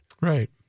Right